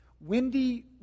Wendy